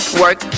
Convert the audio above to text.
work